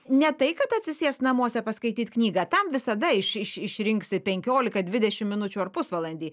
ne tai kad atsisėst namuose paskaityt knygą tam visada iš iš išrinksi penkiolika dvidešim minučių ar pusvalandį